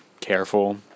careful